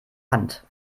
hand